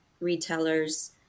retailers